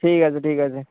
ঠিক আছে ঠিক আছে